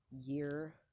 year